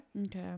Okay